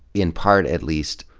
in part at least,